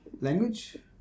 Language